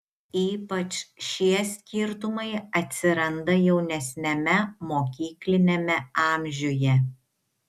ypač šie skirtumai atsiranda jaunesniame mokykliniame amžiuje